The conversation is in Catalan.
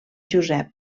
josep